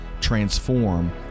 transform